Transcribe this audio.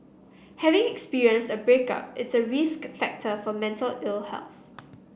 having experienced a breakup is a risk factor for mental ill health